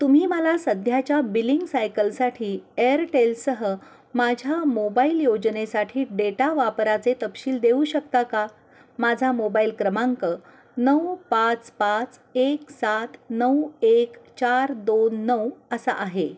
तुम्ही मला सध्याच्या बिलिंग सायकलसाठी एअरटेलसह माझ्या मोबाईल योजनेसाठी डेटा वापराचे तपशील देऊ शकता का माझा मोबाईल क्रमांक नऊ पाच पाच एक सात नऊ एक चार दोन नऊ असा आहे